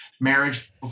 marriage